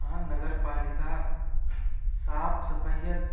हाँ नगर पालिका साफ सफाइयाँ